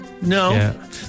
No